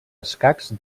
escacs